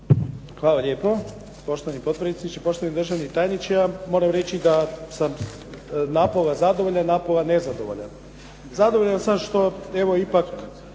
Hvala lijepo poštovani potpredsjedniče, poštovani državni tajniče. Ja moram reći da sam napola zadovoljan, napola nezadovoljan. Zadovoljan sam što, evo ipak